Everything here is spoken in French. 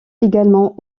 également